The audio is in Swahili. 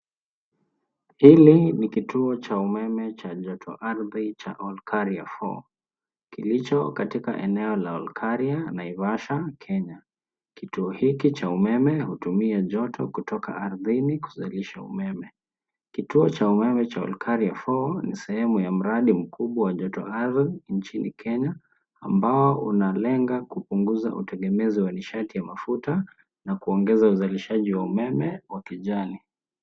Hili ni kituo cha umeme cha joto ardhi cha Olkaria Fall, kilicho katika eneo la Olkaria, Naivasha , Kenya. Kituo hiki cha umeme, hutumia joto kutoka ardhini kuzalisha umeme. Kituo cha umeme cha Olkaria fall ni sehemu ya mradi mkubwa wa joto ardhi nchini Kenya ,ambao unalenga kupunguza utegemezi wa nishati ya mafuta na kuongeza uzalishaji wa umeme wa kijani.